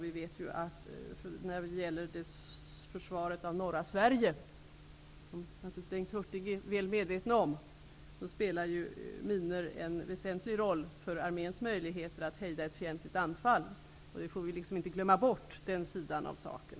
Vi vet att minor när det gäller försvaret av norra Sverige -- det är Bengt Hurtig säkert väl medveten om -- spelar en väsentlig roll för arméns möjligheter att hejda ett fientligt anfall. Vi får inte glömma bort den sidan av saken.